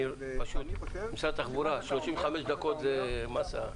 משרד התחבורה, 35 דקות זה מסה בדיון.